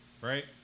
right